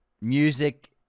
music